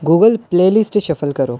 Google playlist shuffle करो